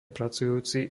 pracujúci